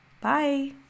Bye